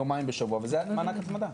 יומיים בשבוע וזו התמדה,